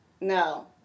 No